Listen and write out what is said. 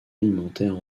alimentaire